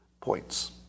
points